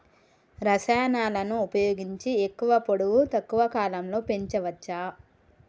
రసాయనాలను ఉపయోగించి ఎక్కువ పొడవు తక్కువ కాలంలో పెంచవచ్చా?